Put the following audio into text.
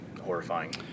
horrifying